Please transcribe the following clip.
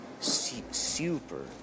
Super